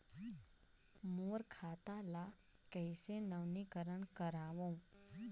मोर खाता ल कइसे नवीनीकरण कराओ?